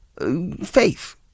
faith